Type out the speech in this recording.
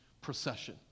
procession